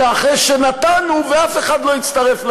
אלא אחרי שנתַנּו ואף אחד לא הצטרף לשירות.